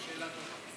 שאלה טובה.